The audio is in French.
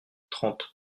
trente